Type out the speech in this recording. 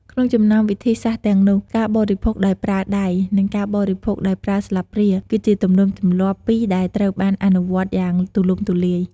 ក្នុងចំណោមវិធីសាស្ត្រទាំងនោះ ការបរិភោគដោយប្រើដៃ និងការបរិភោគដោយប្រើស្លាបព្រា គឺជាទំនៀមទម្លាប់ពីរដែលត្រូវបានអនុវត្តយ៉ាងទូលំទូលាយ។